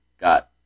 got